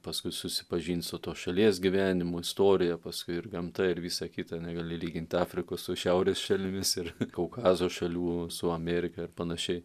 paskui susipažint su tos šalies gyvenimu istorija paskui ir gamta ir visa kita negali lygint afrikos su šiaurės šalimis ir kaukazo šalių su amerika ir panašiai